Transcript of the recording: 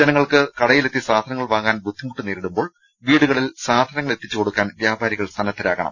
ജനങ്ങൾക്ക് കടയിലെത്തി സാധനങ്ങൾ വാങ്ങാൻ ബുദ്ധിമുട്ട് നേരിടുമ്പോൾ വീടുകളിൽ സാധനങ്ങൾ എത്തിച്ചുകൊടുക്കാൻ വ്യാപാരികൾ സ്ന്നദ്ധരാകണം